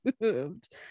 moved